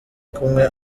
kumwe